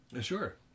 Sure